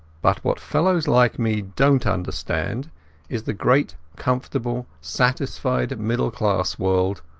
but what fellows like me donat understand is the great comfortable, satisfied middle-class world,